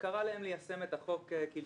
וקרא להם ליישם את החוק כלשונו.